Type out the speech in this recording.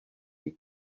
you